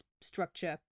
structure